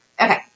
Okay